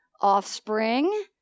Offspring